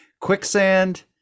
quicksand